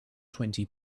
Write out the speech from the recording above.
twenty